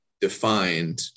defined